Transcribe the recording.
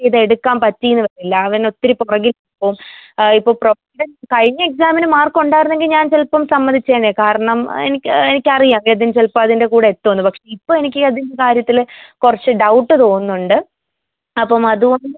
ചെയ്തെട്ക്കാൻ പറ്റീന്ന് വരില്ല അവനൊത്തിരി പുറകിൽ പോവും ഇപ്പോൾ പ്രൊ ഇവൻ കഴിഞ്ഞ എക്സാമിന് മാർക്കുണ്ടായിരുന്നെങ്കിൽ ഞാൻ ചിലപ്പം സമ്മതിച്ചേനെ കാരണം എനിക്ക് എനിക്കറിയാം യതിൻ ചിലപ്പോൾ അതിന്റെ കൂടെത്തൂന്ന് പക്ഷേ ഇപ്പോൾ എനിക്ക് യതിന്റെ കാര്യത്തിൽ കുറച്ച് ഡൗട്ട് തോന്നുന്നുണ്ട് അപ്പം അതുകൊണ്ട്